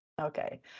Okay